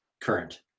current